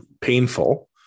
painful